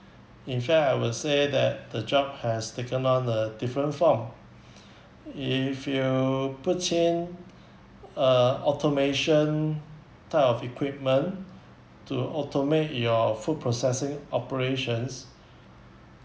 in fact I will say that the job has taken on a different form if you put in uh automation type of equipment to automate your food processing operations